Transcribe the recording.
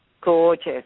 Gorgeous